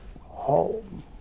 home